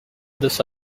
this